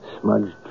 smudged